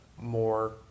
more